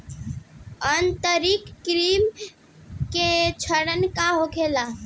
आंतरिक कृमि के लक्षण का होला?